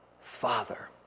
father